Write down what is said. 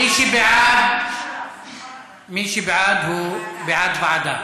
מי שבעד הוא בעד ועדה.